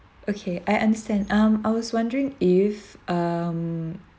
okay I understand um I was wondering if um